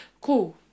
Cool